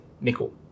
nickel